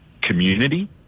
Community